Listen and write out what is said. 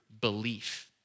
belief